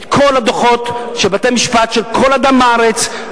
את כל הדוחות של בתי-המשפט של כל אדם בארץ,